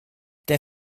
der